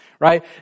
right